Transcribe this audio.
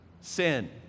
sin